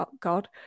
God